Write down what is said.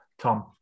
Tom